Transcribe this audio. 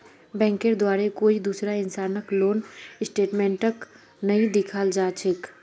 बैंकेर द्वारे कोई दूसरा इंसानक लोन स्टेटमेन्टक नइ दिखाल जा छेक